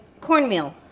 cornmeal